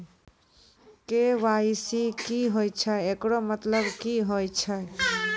KYC की होय छै, एकरो मतलब की होय छै?